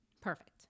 Perfect